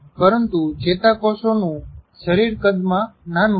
પરંતુ ચેતાકોષો નું શરીર કદમાં નાનું છે